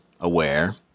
aware